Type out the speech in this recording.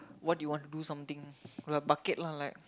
what do you wanna something like bucket lah like